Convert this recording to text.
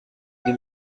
den